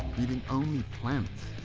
eating only plants?